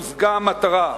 הושגה המטרה.